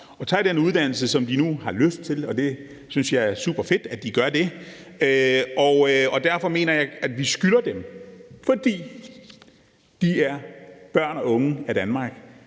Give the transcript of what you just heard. at tage den uddannelse, som de nu har lyst til, og det synes jeg er superfedt at de gør. Jeg mener, at vi skylder dem, fordi de er børn og unge af Danmark,